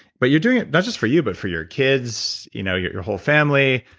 but you're doing it, not just for you, but for your kids, you know your your whole family.